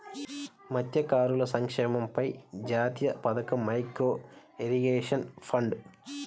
మత్స్యకారుల సంక్షేమంపై జాతీయ పథకం, మైక్రో ఇరిగేషన్ ఫండ్